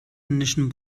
indischen